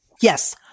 Yes